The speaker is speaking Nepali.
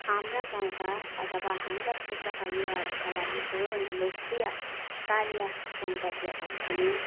हाम्रा गाउँका अथवा हाम्रा क्षेत्रका युवाहरूका लागि सबैभन्दा लोकप्रिय कार्य गन्तव्य भनेको नै